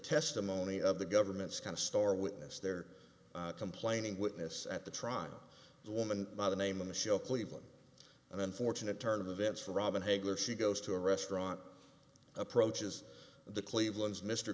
testimony of the government's kind of star witness there complaining witness at the trial the woman by the name of the show cleveland an unfortunate turn of events for robin hagler she goes to a restaurant approaches the cleveland's mr